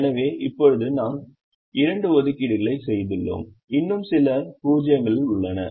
எனவே இப்போது நாம் 2 ஒதுக்கீடு களைச் செய்துள்ளோம் இன்னும் சில 0 கள் உள்ளன